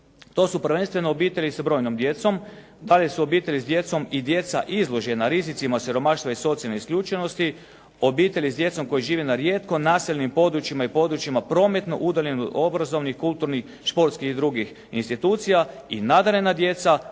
To su prvenstveno obitelji sa brojnom djecom, dalje su obitelji sa djecom i djeca izložena rizicima siromaštva i socijalne isključenosti, obitelji s djecom koji žive na rijetko naseljenim područjima i područjima prometno udaljeno od obrazovnih, kulturnih, športskih i drugih institucija i nadarena djeca